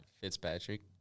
Fitzpatrick